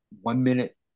one-minute